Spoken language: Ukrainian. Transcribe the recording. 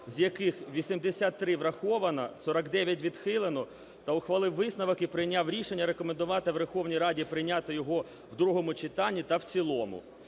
з яких 83 – враховано, 49 – відхилено, та ухвалив висновок і прийняв рішення рекомендувати Верховній Раді прийняти його в другому читанні та в цілому.